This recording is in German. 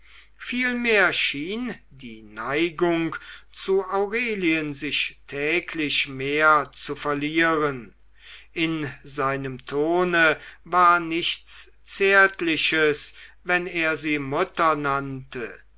vielmehr schien die neigung zu aurelien sich täglich mehr zu verlieren in seinem tone war nichts zärtliches wenn er sie mutter nannte